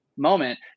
moment